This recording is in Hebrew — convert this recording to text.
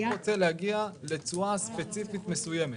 הוא רוצה להגיע לתשואה ספציפית מסוימת.